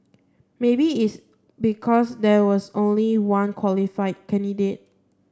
maybe it's because there was only one qualified candidate